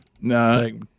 No